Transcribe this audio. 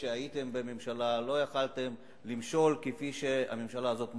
כשהייתם בממשלה לא יכולתם למשול כפי שהממשלה הזאת מושלת,